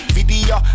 Video